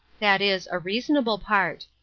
that is, a reasonable part.